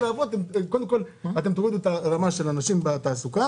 קודם כול אתם תורידו את הרמה של האנשים בתעסוקה